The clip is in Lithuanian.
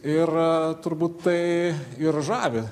ir turbūt tai ir žavi